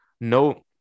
no